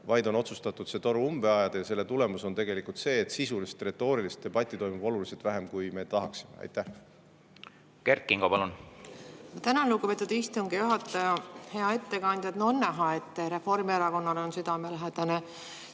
vaid on otsustatud see toru umbe ajada, ja selle tagajärg on tegelikult see, et sisulist retoorilist debatti toimub oluliselt vähem, kui me tahaksime. Kert Kingo, palun! Kert Kingo, palun! Tänan, lugupeetud istungi juhataja! Hea ettekandja! On näha, et Reformierakonnale on südamelähedane